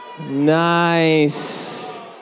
Nice